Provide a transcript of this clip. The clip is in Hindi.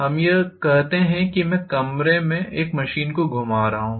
हम यह कहते हैं कि मैं एक कमरे में मशीन को घुमा रहा हूं